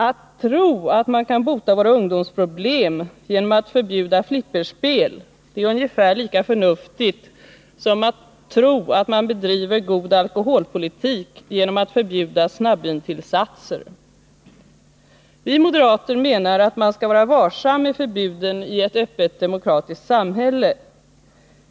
Att tro att man kan bota våra ungdomsproblem genom att förbjuda flipperspel är ungefär lika förnuftigt som att tro att man bedriver god alkoholpolitik genom att förbjuda snabbvinsatser. Vi moderater menar att man skall vara varsam med förbuden i ett öppet, demokratiskt samhälle.